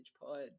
pod